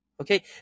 Okay